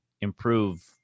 improve